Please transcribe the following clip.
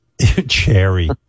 Cherry